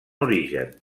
origen